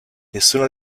nessuna